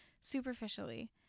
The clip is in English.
superficially